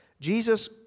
Jesus